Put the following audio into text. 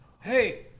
hey